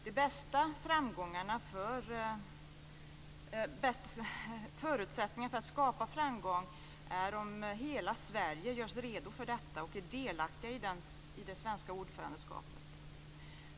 De bästa förutsättningarna för att skapa framgång finns om hela Sverige görs redo för detta och är delaktiga i det svenska ordförandeskapet.